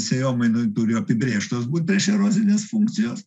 sėjomainoj turi apibrėžtos būt priešerozinės funkcijos